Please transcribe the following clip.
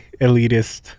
elitist